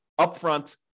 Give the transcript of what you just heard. upfront